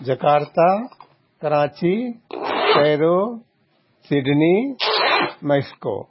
Jakarta Karachi Cairo Sydney Mexico